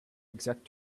exact